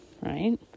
right